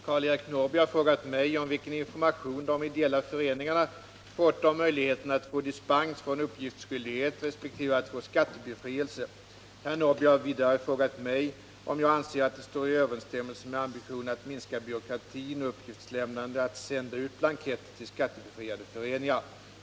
Herr talman! Karl-Eric Norrby har frågat mig om vilken information de ideella föreningarna fått om möjligheten att få dispens från uppgiftsskyldighet resp. att få skattebefrielse. Herr Norrby har vidare frågat mig om jag anser att det står i överensstämmelse med ambitionen att minska byråkratin och uppgiftslämnandet att sända ut blanketter till skattebefriade föreningar.